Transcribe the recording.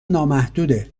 نامحدوده